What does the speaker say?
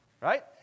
right